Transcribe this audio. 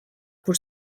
por